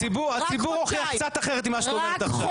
הציבור הוכיח קצת אחרת ממה שאת אומרת עכשיו,